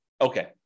Okay